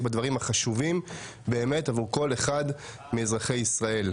בדברים החשובים באמת עבור כל אחד מאזרחי ישראל.